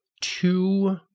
two